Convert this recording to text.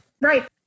Right